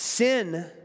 Sin